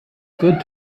good